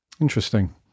Interesting